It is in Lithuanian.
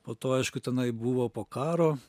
po to aišku tenai buvo po karo